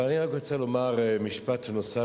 אבל אני רק רוצה לומר משפט נוסף,